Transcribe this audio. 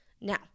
now